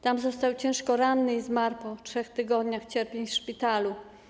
Tam został ciężko ranny i zmarł po 3 tygodniach cierpień w szpitalu.